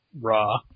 raw